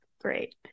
great